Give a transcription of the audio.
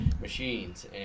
machines